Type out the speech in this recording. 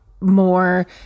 more